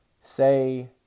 say